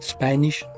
Spanish